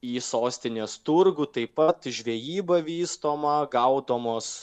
į sostinės turgų taip pat žvejyba vystoma gaudomos